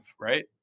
right